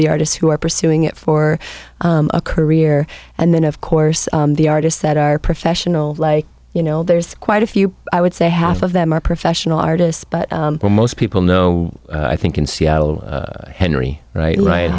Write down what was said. the artists who are pursuing it for a career and then of course the artists that are professionals like you know there's quite a few i would say half of them are professional artists but most people know i think in seattle henry right right